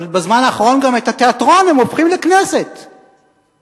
אבל בזמן האחרון גם את התיאטרון הם הופכים לכנסת עם